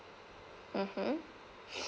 mmhmm